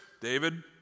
David